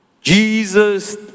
Jesus